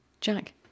Jack